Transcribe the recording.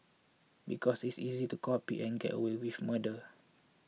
because it's easy to copy and get away with murder